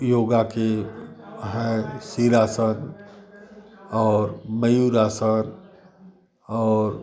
योगा के हैं सिरासन और मयूरासन और